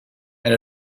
and